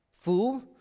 fool